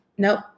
Nope